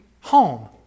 home